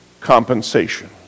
compensation